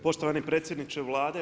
Poštovani predsjedniče Vlade.